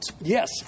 Yes